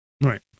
right